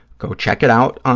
go check it out. um